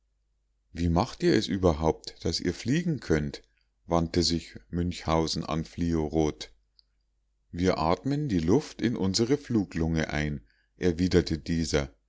wie macht ihr es überhaupt daß ihr fliegen könnt wandte sich münchhausen an fliorot wir atmen die luft in unsere fluglunge ein erwiderte dieser